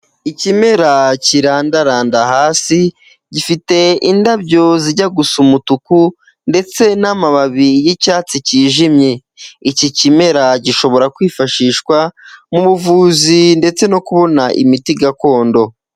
Ikimera kirandaranda hasi, gifite indabyo zijya gu gusa umutuku, ndetse n'amababi y'icyatsi cyijimye. Iki kimera gishobora kwifashishwa mu buvuzi, ndetse no kubona imiti gakondo.